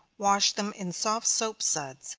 wash them in soft soap suds.